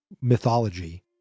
mythology